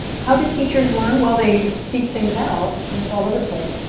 how do teachers learn? well, they seek things out, and it's all over the place.